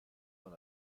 man